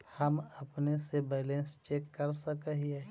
हम अपने से बैलेंस चेक कर सक हिए?